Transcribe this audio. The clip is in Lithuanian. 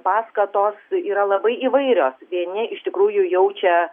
paskatos yra labai įvairios vieni iš tikrųjų jaučia